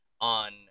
on